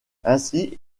ainsi